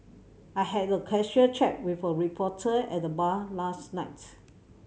I had a casual chat with a reporter at the bar last night